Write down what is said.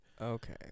Okay